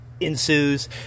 ensues